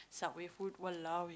Subway food !walao! eh